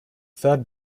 third